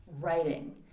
writing